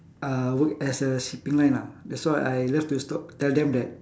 uh work as a shipping line ah that's why I love to st~ tell them that